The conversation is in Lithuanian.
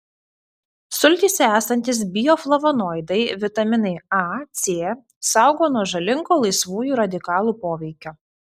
sultyse esantys bioflavonoidai vitaminai a c saugo nuo žalingo laisvųjų radikalų poveikio